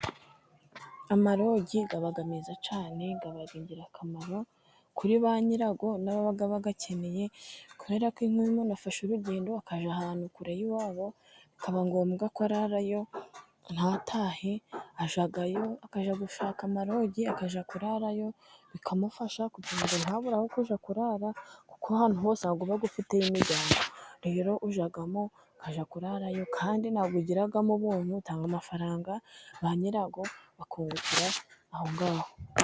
Amarogi aba meza cyane, aba ingirakamaro kuri ba nyirayo n'ababa bayakeneye, kubera ko nk'iyo umuntu afashe urugendo akajya ahantu kure y'iwabo, bikaba ngombwa ko ararayo ntatahe ajyayo akajya gushaka amarogi, akajya kurarayo bikamufasha ntabure aho kujya kurara, kubera ko ahantu hose ntabwo uba ufiteyo imiryango, kandi ntabwo ugirayo ubuntu utanga amafaranga ba nyirayo bakungukira aho ngaho.